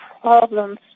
problems